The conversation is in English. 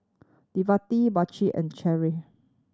Davonte Brycen and Cheri